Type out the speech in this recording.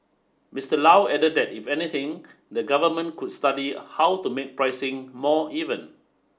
Mister Low added that if anything the government could study how to make pricing more even